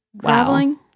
traveling